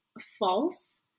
false